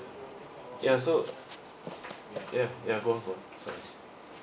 ya so ya ya go on go on sorry